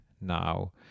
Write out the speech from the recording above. now